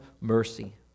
mercy